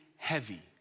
heavy